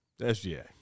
SGA